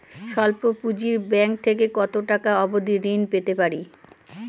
স্বল্প পুঁজির ব্যাংক থেকে কত টাকা অবধি ঋণ পেতে পারি?